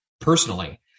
personally